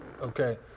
okay